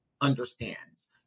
understands